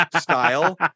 style